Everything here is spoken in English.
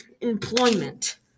employment